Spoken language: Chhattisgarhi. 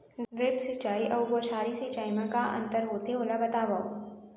ड्रिप सिंचाई अऊ बौछारी सिंचाई मा का अंतर होथे, ओला बतावव?